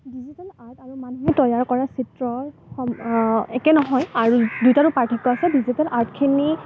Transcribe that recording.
digital art আৰু মানুহে তৈয়াৰ কৰা চিত্ৰ একেই নহয় আৰু দুইটাতে পাৰ্থক্য আছে ডিজিটেল আৰ্টখিনি